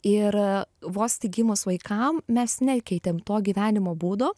ir vos tik gimus vaikam mes nekeitėm to gyvenimo būdo